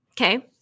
Okay